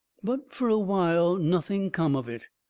but fur a while nothing come of it.